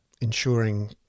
ensuring